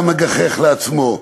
היה מגחך לעצמו,